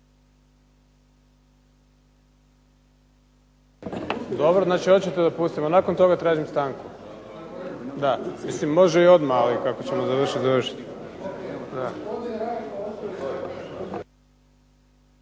Dobro hoćete da pustimo nakon toga tražim stanku. Mislim može i odmah ali kako ćemo završiti,